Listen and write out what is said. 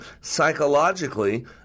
psychologically